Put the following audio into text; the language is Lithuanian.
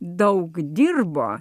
daug dirbo